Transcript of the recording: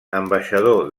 ambaixador